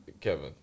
Kevin